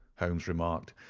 holmes remarked,